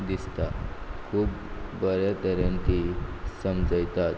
दिसता खूब बरें तरेन तीं समजयतात